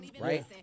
Right